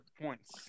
points